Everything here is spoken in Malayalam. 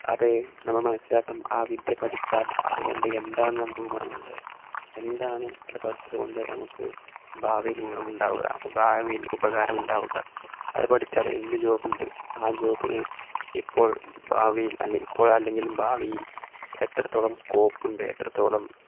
അത് നമ്മൾ മനസ്സിലാക്കണം ആ വിദ്യ പഠിച്ചാൽ അതു കൊണ്ട് എന്താണ് നമുക്ക് ഗുണമുള്ളത് എന്താണ് അത് പഠിച്ചതു കൊണ്ട് നമുക്ക് ഭാവിയിൽ ഗുണമുണ്ടാകുക ഭാവിയിൽ ഉപകാരമുണ്ടാകുക അത് പഠിച്ചാൽ എന്ത് ജോബുണ്ട് ആ ജോബിന് ഇപ്പോൾ ഭാവിയിൽ അല്ല ഇപ്പോൾ അല്ലെങ്കിൽ ഭാവിയിൽ എത്രത്തോളം സ്കോപ്പുണ്ട് എത്രത്തോളം